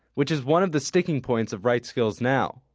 which is one of the sticking points of right skills now.